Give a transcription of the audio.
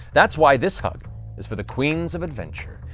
that's why this hug is for the queens of adventure,